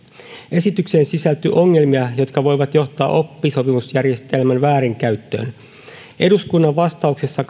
esitykseen sisältyy ongelmia jotka voivat johtaa oppisopimusjärjestelmän väärinkäyttöön eduskunnan vastauksessa